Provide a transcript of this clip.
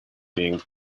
being